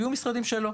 ויהיו משרדים שלא.